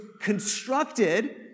constructed